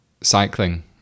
cycling